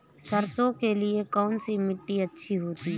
सरसो के लिए कौन सी मिट्टी अच्छी होती है?